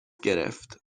گرفت